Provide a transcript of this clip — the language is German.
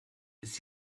ist